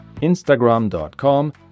instagram.com